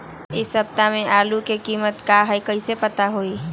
इ सप्ताह में आलू के कीमत का है कईसे पता होई?